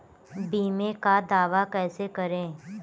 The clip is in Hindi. बीमे का दावा कैसे करें?